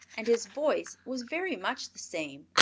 and his voice was very much the same,